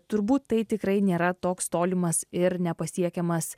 turbūt tai tikrai nėra toks tolimas ir nepasiekiamas